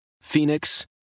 Phoenix